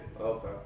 Okay